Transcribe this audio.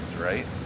Right